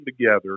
together